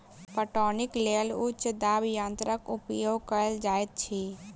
पटौनीक लेल उच्च दाब यंत्रक उपयोग कयल जाइत अछि